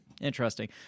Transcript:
Interesting